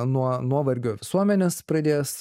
nuo nuovargio visuomenės pradėjęs